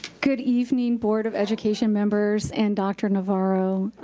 good evening, board of education members and dr. navarro.